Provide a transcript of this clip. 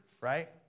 right